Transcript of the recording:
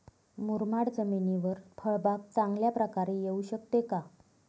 मुरमाड जमिनीवर फळबाग चांगल्या प्रकारे येऊ शकते का?